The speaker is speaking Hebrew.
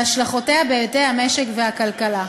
על השלכותיה בהיבטי המשק והכלכלה.